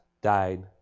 died